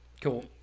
Cool